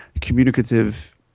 communicative